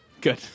Good